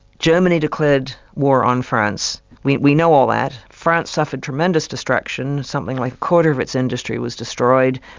germany declared war on france. we we know all that. france suffered tremendous destruction something like a quarter of its industry was destroyed.